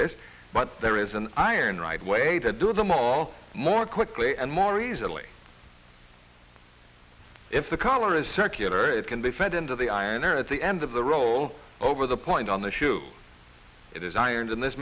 this but there is an iron right way to do them all more quickly and more easily if the collar is circular it can be fed into the iron or at the end of the roll over the point on the shoe it is ironed in this